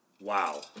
wow